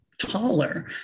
taller